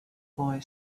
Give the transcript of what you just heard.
boy